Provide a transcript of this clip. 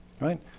right